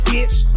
Bitch